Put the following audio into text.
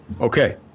Okay